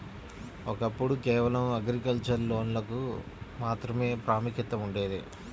ఒకప్పుడు కేవలం అగ్రికల్చర్ లోన్లకు మాత్రమే ప్రాముఖ్యత ఉండేది